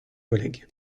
collègues